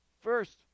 First